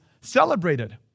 celebrated